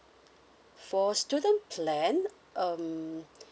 for student plan um